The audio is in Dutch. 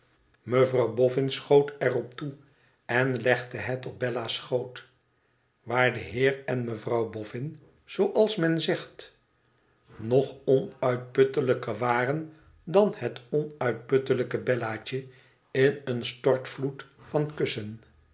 mevrouw boffin schoot er op toe en legde het op bella's schoot waar de heer en mevrouw boffin zooals men zegt nog onuitputtelijker waren dan het onuitputtelijke bellaatje in een stortvloed van kussen